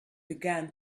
began